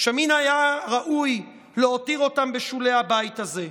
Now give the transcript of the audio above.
שמן ראוי היה להותיר אותן בשולי הבית הזה.